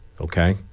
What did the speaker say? okay